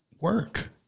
work